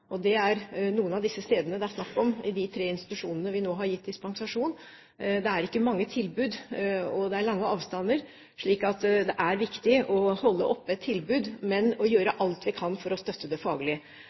Og det er noen av disse stedene det er snakk om i de tre institusjonene vi nå har gitt dispensasjon. Det er ikke mange tilbud, og det er lange avstander, slik at det er viktig å holde oppe et tilbud og å gjøre